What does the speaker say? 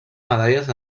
medalles